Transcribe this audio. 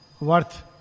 worth